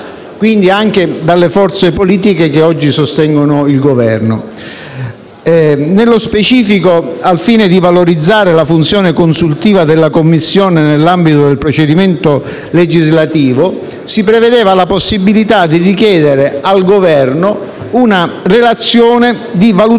quindi anche dalle forze politiche che oggi sostengono il Governo. Nello specifico, al fine di valorizzare la funzione consultiva della Commissione nell'ambito del procedimento legislativo, si prevedeva la possibilità di richiedere al Governo una relazione di valutazione